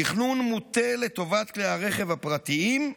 תכנון מוטה לטובת כלי הרכב הפרטיים,